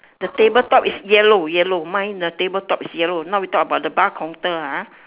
the table top is yellow yellow mine the table top is yellow now we talk about the bar counter ah